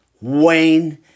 Wayne